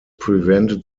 prevented